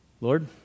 Lord